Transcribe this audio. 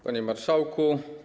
Panie Marszałku!